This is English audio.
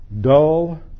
dull